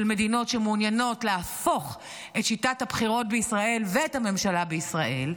מדינות שמעוניינות להפוך את שיטת הבחירות בישראל ואת הממשלה בישראל,